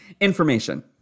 Information